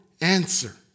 answer